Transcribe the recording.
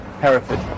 Hereford